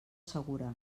segura